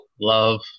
love